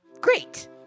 Great